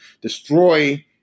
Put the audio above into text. destroy